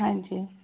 ਹਾਂਜੀ